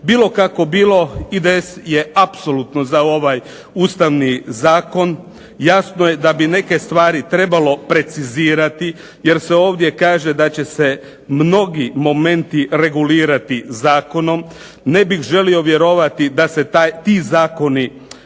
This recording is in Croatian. Bilo kako bilo IDS je apsolutno za ovaj Ustavni zakon. Jasno je da bi neke stvari trebalo precizirati jer se ovdje kaže da će se mnogi momenti regulirati zakonom. Ne bih želio vjerovati da se ti zakoni pretvore u